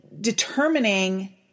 determining